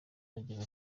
agira